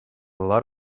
lot